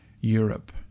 Europe